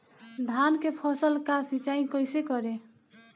धान के फसल का सिंचाई कैसे करे?